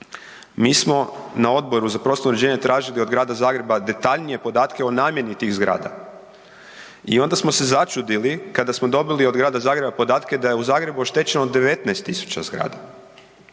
mi smo na Odboru za prostorno uređenje tražili od Grada Zagreba detaljnije podatke o namjeni tih zgrada i onda smo se začudili kada smo dobili od Grada Zagreba podatke da je u Gradu Zagrebu oštećeno 19.000 zgrada.